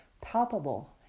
palpable